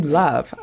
love